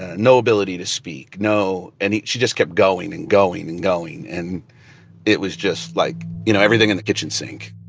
ah no ability to speak, no and she just kept going and going and going. and it was just like, you know, everything in the kitchen sink